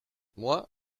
moi